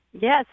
yes